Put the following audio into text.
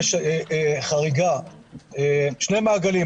שני מעגלים,